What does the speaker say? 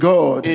God